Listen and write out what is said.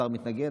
השר מתנגד?